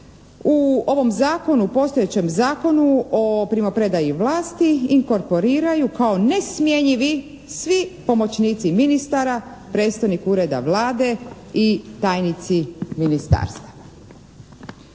Zakonu, postojećem Zakonu o primopredaji vlasti inkomporiraju kao nesmjenjivi svi pomoćnici ministara, predstojnik Ureda Vlade i tajnici ministarstava.